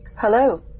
Hello